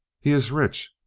he is rich,